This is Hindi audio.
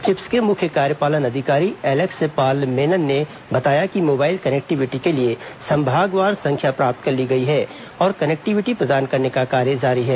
चिप्स के मुख्य कार्यपालन अधिकारी एलेक्स पॉल मेनन ने बताया कि मोबाईल कनेक्टिविटी के लिए संभागवार संख्या प्राप्त कर ली गयी है और कनेक्टिविटी प्रदान करने का कार्य जारी है